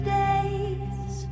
days